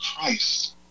Christ